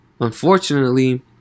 unfortunately